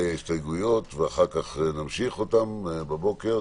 ההסתייגויות ואחר כך נמשיך אותן בבוקר.